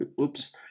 Oops